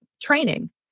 training